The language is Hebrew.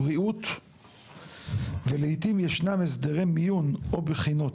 בריאות ולעיתים יש הסדרי מיון או בחינות.